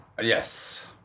Yes